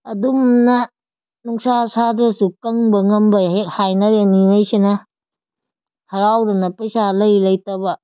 ꯑꯗꯨꯝꯅ ꯅꯨꯡꯁꯥ ꯁꯥꯗ꯭ꯔꯁꯨ ꯀꯪꯕ ꯉꯝꯕ ꯍꯦꯛ ꯍꯥꯏꯅꯔꯦ ꯃꯤꯉꯩꯁꯤꯅ ꯍꯔꯥꯎꯗꯅ ꯄꯩꯁꯥ ꯂꯩ ꯂꯩꯇꯕ